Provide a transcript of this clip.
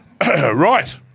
Right